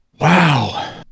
Wow